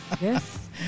Yes